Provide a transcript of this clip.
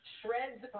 shreds